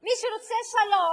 "מי שרוצה שלום"